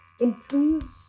improve